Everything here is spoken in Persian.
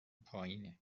پایینه